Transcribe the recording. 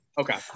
Okay